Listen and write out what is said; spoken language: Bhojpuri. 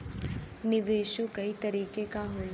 निवेशो कई तरीके क होला